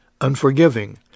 unforgiving